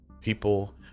people